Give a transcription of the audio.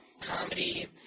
comedy